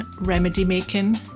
remedy-making